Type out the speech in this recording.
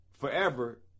forever